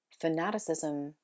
fanaticism